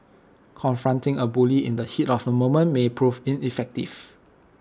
confronting A bully in the heat of the moment may prove ineffective